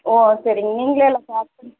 ஓ செரிங்க நீங்களே எல்லாம் பார்த்து